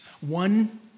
One